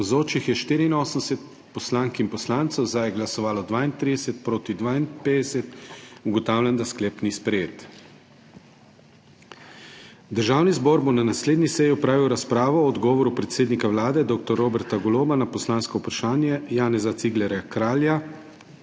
za je glasovalo 32, proti 52. (Za je glasovalo 32.) (Proti 52.) Ugotavljam, da sklep ni sprejet. Državni zbor bo na naslednji seji opravil razpravo o odgovoru predsednika Vlade dr. Roberta Goloba na poslansko vprašanje Janeza Ciglerja Kralja